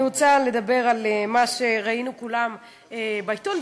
אני רוצה לדבר על מה שראינו כולנו בעיתון,